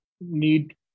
need